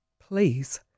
Please